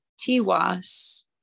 Tiwas